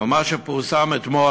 במה שפורסם אתמול,